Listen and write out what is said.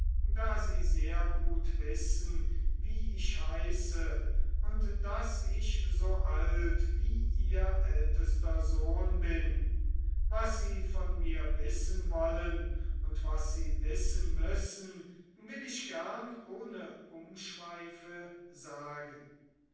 da sie sehr gut wissen wie ich heiße und daß ich so alt wie ihr ältester sohn bin was sie von mir wissen wollen und was sie wissen müssen will ich gern ohne umschweife sagen